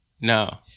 No